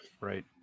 Right